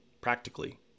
practically